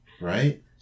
right